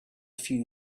few